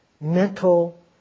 mental